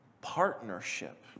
partnership